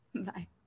Bye